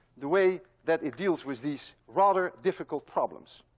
the way that it deals with these rather difficult problems.